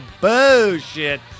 bullshit